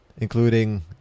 including